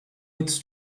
its